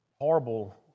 horrible